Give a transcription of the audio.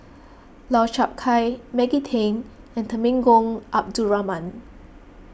Lau Chiap Khai Maggie Teng and Temenggong Abdul Rahman